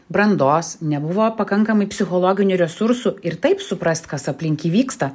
brandos nebuvo pakankamai psichologinių resursų ir taip suprast kas aplink jį vyksta